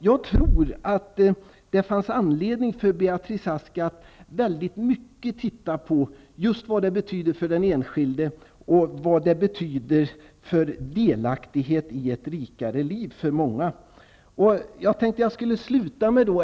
Jag tror att det finns anledning för Beatrice Ask att noga titta på vad vuxenutbildningen betyder för den enskilde i form av delaktighet i ett rikare liv.